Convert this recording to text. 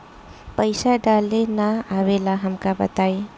पईसा डाले ना आवेला हमका बताई?